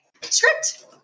script